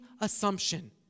assumption